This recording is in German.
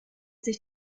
sich